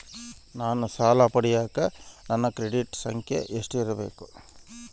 ನಾನು ಸಾಲ ಪಡಿಯಕ ನನ್ನ ಕ್ರೆಡಿಟ್ ಸಂಖ್ಯೆ ಎಷ್ಟಿರಬೇಕು?